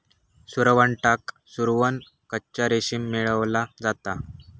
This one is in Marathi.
सुरवंटाक सुकवन कच्चा रेशीम मेळवला जाता